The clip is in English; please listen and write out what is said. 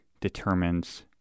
determines